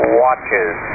watches